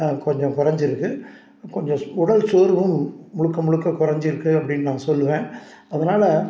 கொஞ்சம் கொறைஞ்சிருக்கு கொஞ்சம் உடல்சோர்வும் முழுக்க முழுக்க கொறைஞ்சிருக்கு அப்படின்னு நான் சொல்வேன் அதனால